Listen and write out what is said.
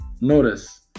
Notice